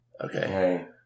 Okay